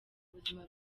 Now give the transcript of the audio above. buzima